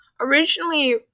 originally